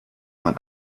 man